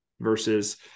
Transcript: versus